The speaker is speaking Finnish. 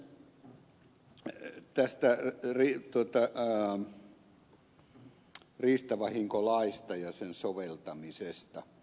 sitten tästä riistavahinkolaista ja sen soveltamisesta